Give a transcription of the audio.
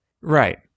right